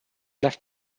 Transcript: left